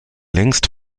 längst